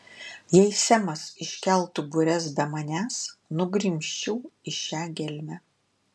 jei semas iškeltų bures be manęs nugrimzčiau į šią gelmę